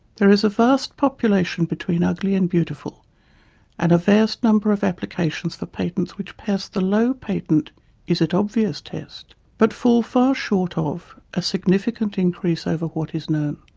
there is a vast population between ugly and beautiful and a vast number of applications for patents which pass the low patent is it obvious test but fall far short ah of a significant increase over what is known.